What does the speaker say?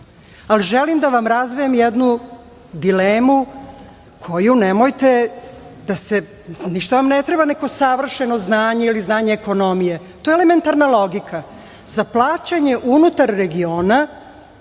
evrima. Želim da vam razvejem jednu dilemu za koju vam ne treba neko savršeno znanje ili znanje ekonomije, to je elementarna logika. Za plaćanje unutar regiona